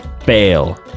Fail